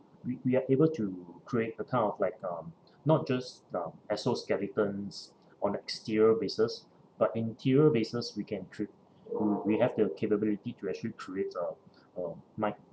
we we are able to create a kind of like um not just um exoskeletons on exterior bases but interior bases we can create we we have the capability to actually create um um mi~